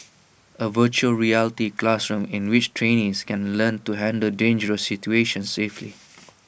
A Virtual Reality classroom in which trainees can learn to handle dangerous situations safely